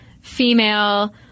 female